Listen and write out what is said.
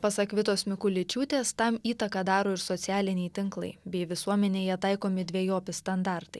pasak vitos mikuličiūtės tam įtaką daro ir socialiniai tinklai bei visuomenėje taikomi dvejopi standartai